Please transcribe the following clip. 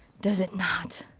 does it not?